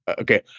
okay